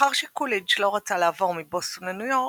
מאחר שקוליג' לא רצה לעבור מבוסטון לניו יורק,